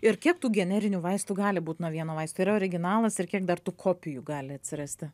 ir kiek tų generinių vaistų gali būt nuo vieno vaisto yra originalas ir kiek dar tų kopijų gali atsirasti